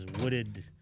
wooded